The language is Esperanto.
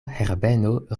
herbeno